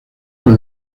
con